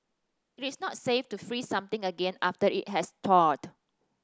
it is not safe to freeze something again after it has thawed